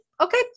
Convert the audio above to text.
okay